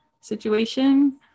situation